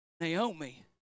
Naomi